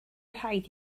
rhaid